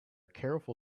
careful